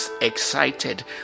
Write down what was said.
excited